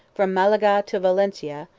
from malaga to valentia,